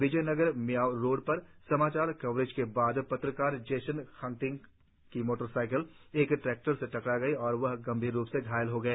Vijayanagar Miao road पर समाचार coverage के बाद पत्रकार जेसन खंगथिंग की मोटर साइकिल एक ट्रैक्टर से टकरा गई और वह गंभीर रूप से घायल हो गए